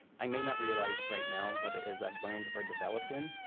i may not realize right now what it is. i have learned or developed in.